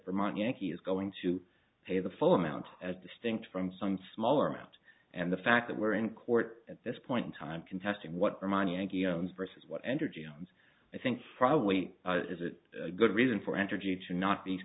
vermont yankee is going to pay the full amount as distinct from some smaller amount and the fact that we're in court at this point in time contesting what the money and he owns versus what entergy owns i think probably is it a good reason for entergy to not be